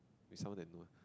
with someone that know